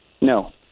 No